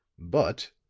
but,